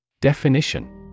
Definition